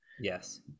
yes